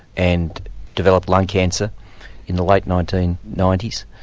and developed lung cancer in the late nineteen ninety s.